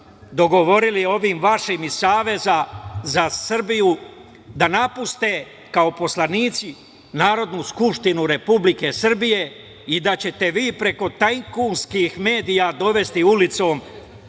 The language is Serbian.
dogovorili sa ovim vašim iz Saveza za Srbiju da napuste kao poslanici Narodnu skupštinu Republike Srbije i da ćete vi preko tajkunskih medija dovesti ulicom